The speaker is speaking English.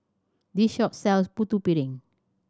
this shop sells Putu Piring